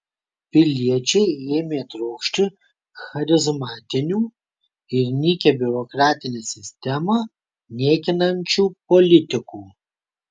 piliečiai ėmė trokšti charizmatinių ir nykią biurokratinę sistemą niekinančių politikų